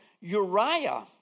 Uriah